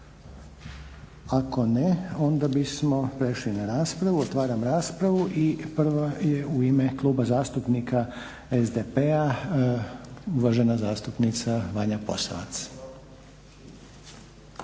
Ako ne, onda bismo prešli na raspravu. Otvaram raspravu. Prva je u ime Kluba zastupnika SDP-a uvažena zastupnica Vanja Posavac.